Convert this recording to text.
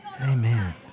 Amen